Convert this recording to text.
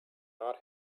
not